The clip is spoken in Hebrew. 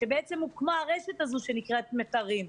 שבעצם הוקמה הרשת הזו שנקראת "מיתרים".